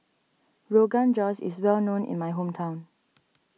Rogan Josh is well known in my hometown